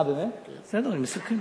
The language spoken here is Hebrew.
בסדר, אני מסכם.